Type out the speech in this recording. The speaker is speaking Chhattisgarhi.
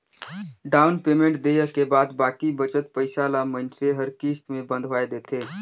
डाउन पेमेंट देय के बाद बाकी बचत पइसा ल मइनसे हर किस्त में बंधवाए देथे